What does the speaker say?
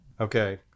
Okay